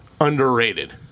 Underrated